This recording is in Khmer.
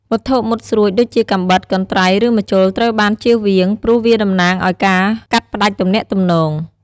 វត្ថុមុតស្រួចដូចជាកាំបិត កន្ត្រៃ ឬម្ជុលត្រូវបានជៀសវាង ព្រោះវាតំណាងឱ្យការកាត់ផ្តាច់ទំនាក់ទំនង។